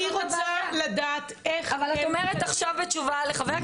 אני רוצה לדעת איך הם --- אבל את אומרת עכשיו בתשובה לחה"כ